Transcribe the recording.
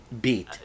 Beat